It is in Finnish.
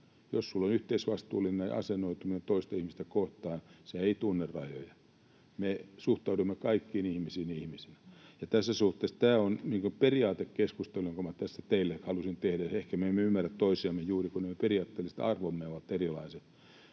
Jos sinulla on yhteisvastuullinen asennoituminen toista ihmistä kohtaan, se ei tunne rajoja. Me suhtaudumme kaikkiin ihmisiin ihmisinä. Tässä suhteessa tämä on periaatekeskustelu, jonka minä tässä teille halusin tehdä. Ehkä me emme ymmärrä toisiamme juuri, kun nämä periaatteelliset arvomme ovat erilaiset.